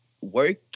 work